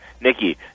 Nikki